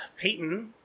Peyton